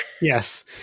yes